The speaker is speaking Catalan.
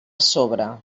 sobre